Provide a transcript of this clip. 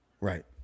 Right